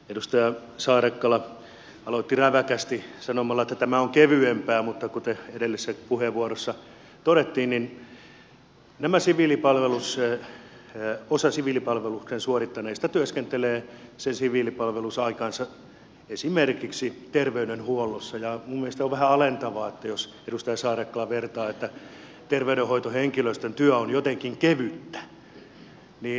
edustaja saarakkala aloitti räväkästi sanomalla että tämä on kevyempää mutta kuten edellisessä puheenvuorossa todettiin niin osa siviilipalveluksen suorittaneista työskentelee sen siviilipalvelusaikansa esimerkiksi terveydenhuollossa ja minun mielestäni on vähän alentavaa jos edustaja saarakkala vertaa että terveydenhoitohenkilöstön työ on jotenkin kevyttä